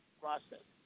process